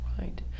Right